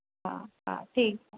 हा हा ठीकु आहे